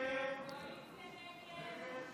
ההסתייגות